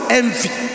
envy